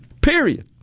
period